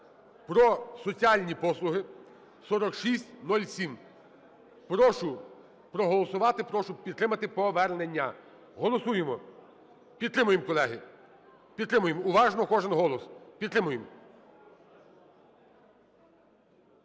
про соціальні послуги (4607). Прошу проголосувати, прошу підтримати повернення. Голосуємо! Підтримуємо, колеги. Підтримуємо. Уважно, кожен голос. Підтримуємо.